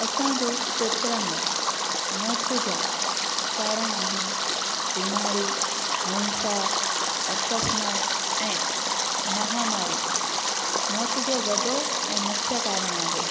असांजे खेत्र में मौत जा कारण आहिनि बीमारी हिंसा अक्शमत ऐं महामारी मौत जो वॾो ऐं मुख्य कारण आहे